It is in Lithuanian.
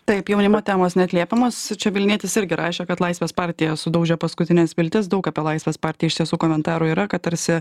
taip jaunimo temos neatliepiamos vilnietis irgi rašė kad laisvės partija sudaužė paskutines viltis daug apie laisvės partiją iš tiesų komentarų yra kad tarsi